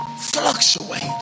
fluctuate